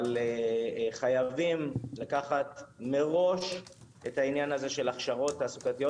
אבל חייבים לקחת מראש את העניין של הכשרות תעסוקתיות.